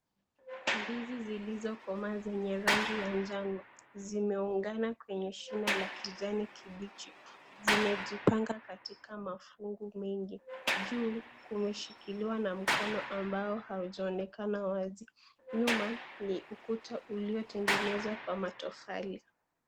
Ndizi zilizokomaa zenye rangi ya njano, zimeungana kwenye shina la kijani kibichi. Zimejipanga katika mafungu mengi. Juu kumeshikiliwa na mkono ambao haujaonekana wazi. Nyuma kuna ukuta uliotengenezwa kwa matofali.